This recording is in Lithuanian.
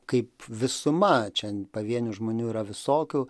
kaip visuma čia pavienių žmonių yra visokių